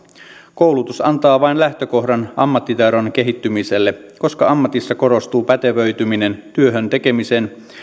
koulutus antaa vain lähtökohdan ammattitaidon kehittymiselle koska ammatissa korostuu pätevöityminen työhön tekemisen kautta